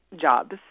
jobs